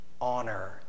honor